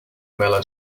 mellow